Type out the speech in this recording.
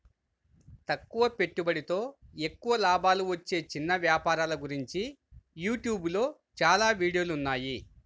తక్కువ పెట్టుబడితో ఎక్కువ లాభాలు వచ్చే చిన్న వ్యాపారాల గురించి యూట్యూబ్ లో చాలా వీడియోలున్నాయి